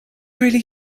really